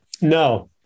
No